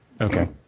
Okay